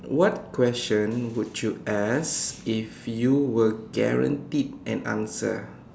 what question would you ask if you were guaranteed an answer